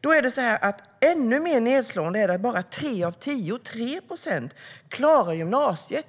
det. Ännu mer nedslående är det att bara tre av tio i den gruppen klarar gymnasiet.